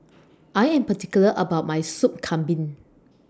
I Am particular about My Soup Kambing